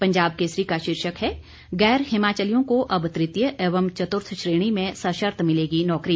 पंजाब केसरी का शीर्षक है गैर हिमाचलियों को अब तृतीय एवं चतुर्थ श्रेणी में सशर्त मिलेगी नौकरी